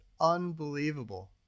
unbelievable